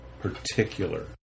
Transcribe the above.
particular